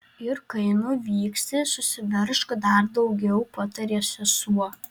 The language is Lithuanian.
ir kai nuvyksi susiveržk dar daugiau patarė sesuo